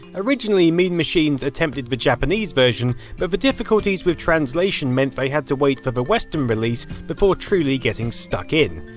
originally mean machines attempted the japanese version, but the difficulties with translation meant they had to wait for the western release before truly getting stuck in.